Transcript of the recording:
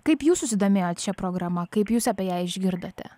kaip jūs susidomėjot šia programa kaip jūs apie ją išgirdote